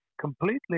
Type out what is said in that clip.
completely